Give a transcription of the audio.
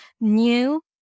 new